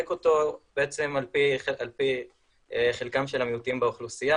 אותו בעצם על פי חלקם של המיעוטים באוכלוסייה